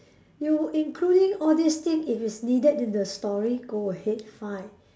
you including all this thing if it's needed in the story go ahead fine